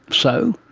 so?